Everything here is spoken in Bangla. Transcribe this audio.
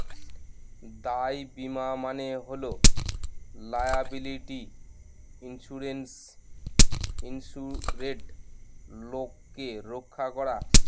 দায় বীমা মানে হল লায়াবিলিটি ইন্সুরেন্সে ইন্সুরেড লোককে রক্ষা করা